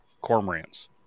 Cormorants